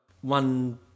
one